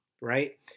right